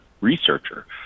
researcher